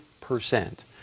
percent